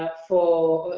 but for,